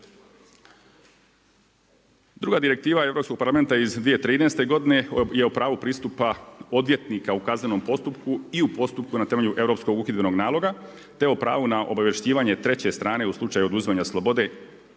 Druga direktiva Europskog parlamenta iz 2013. godine je u pravu pristupa odvjetnika u kaznenom postupku i u postupku na temelju Europskog uhidbenog naloga, te o pravu na obavješćivanje treće strane u slučaju oduzimanja slobode